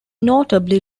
notably